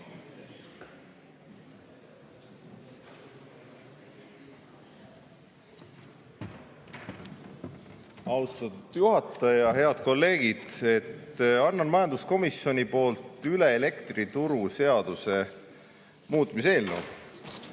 Austatud juhataja! Head kolleegid! Annan majanduskomisjoni poolt üle elektrituruseaduse muutmise